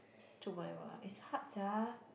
volleyball ah is hard sia